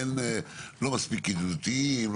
לא מספיק ידידותיים,